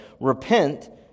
Repent